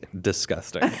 Disgusting